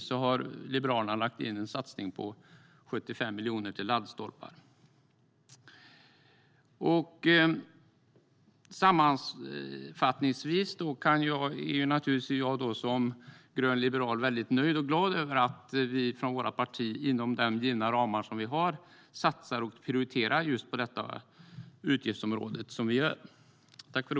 Där har Liberalerna lagt in en satsning på 75 miljoner till laddstolpar. Sammanfattningsvis är jag som grön liberal nöjd och glad över att vi från vårt parti inom de givna ramar som vi har satsar och prioriterar just detta utgiftsområde, som vi gör.